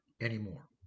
anymore